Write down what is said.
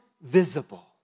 visible